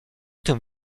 tym